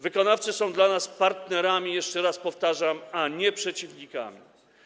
Wykonawcy są dla nas partnerami, jeszcze raz powtarzam, a nie przeciwnikami.